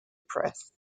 press